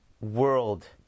world